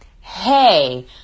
Hey